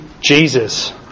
Jesus